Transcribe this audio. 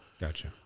Gotcha